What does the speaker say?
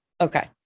okay